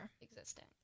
Existing